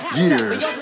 years